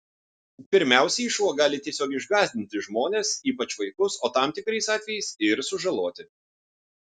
pirmiausiai šuo gali tiesiog išgąsdinti žmones ypač vaikus o tam tikrais atvejais ir sužaloti